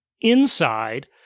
inside